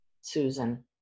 susan